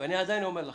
ואני עדיין אומר לכם,